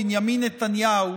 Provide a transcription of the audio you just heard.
בנימין נתניהו,